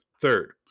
Third